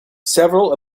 several